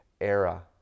era